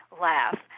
laugh